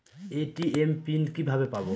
ATM pin কিভাবে পাবো?